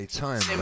time